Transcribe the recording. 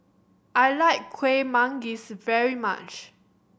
I like Kueh Manggis very much